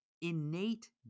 innate